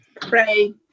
Pray